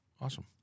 Awesome